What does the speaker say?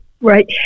Right